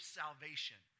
salvation